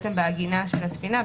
בעגינה של הספינה,